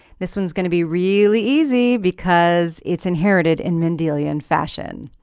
this one's going to be really easy because it's inherited in mendelian fashion.